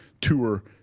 tour